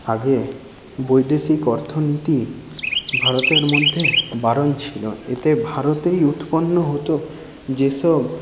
আগে বৈদেশিক অর্থনীতি ভারতের মধ্যে বারণ ছিল এতে ভারতেই উৎপন্ন হতো যেসব